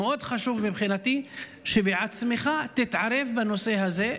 חשוב מאוד מבחינתי שתתערב בעצמך בנושא הזה.